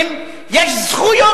תתחדש.